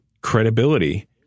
credibility